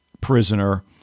prisoner